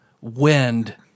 wind